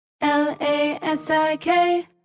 L-A-S-I-K